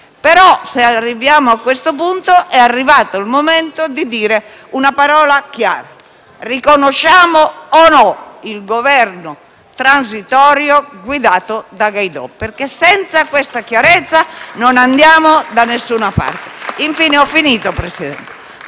però, se arriviamo a questo punto, è arrivato il momento di dire una parola chiara: riconosciamo o no il Governo transitorio guidato da Guaidó? Perché senza questo chiarimento non andiamo da nessuna parte. *(Applausi dai Gruppi